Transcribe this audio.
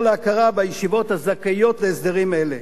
להכרה בישיבות הזכאיות להסדרים אלה.